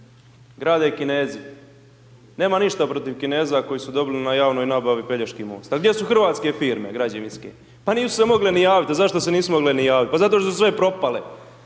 Grade Kinezi. Nemam ništa protiv Kineza koji su dobili na javnoj nabavi Pelješki most. A gdje su hrvatske firme građevinske? Pa nisu se mogle ni javit. A zašto se nisu mogle ni javit? Pa zato što su sve propale.